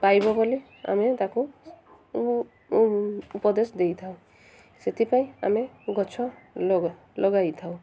ପାଇବ ବୋଲି ଆମେ ତାକୁ ଉପଦେଶ ଦେଇଥାଉ ସେଥିପାଇଁ ଆମେ ଗଛ ଲଗାଇଥାଉ